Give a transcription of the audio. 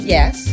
Yes